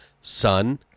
son